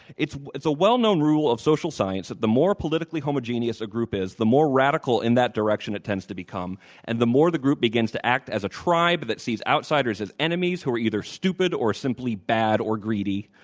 it's it's a well known rule of social science that the more politically homogenous a group is, the more radical in that direction it tends to become and the more the group begins to act as a tribe that sees outsiders as enemies who are either stupid or simply bad or greedy.